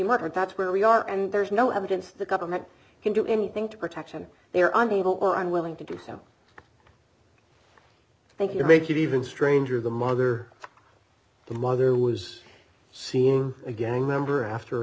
and that's where we are and there's no evidence the government can do anything to protection they are unable or unwilling to do so thank you maybe even stranger the mother the mother was seeing a gang member after her